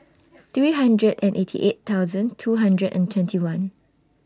three hundred and eighty eight two hundred and twenty one